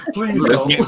Please